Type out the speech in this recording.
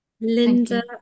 Linda